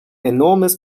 enormes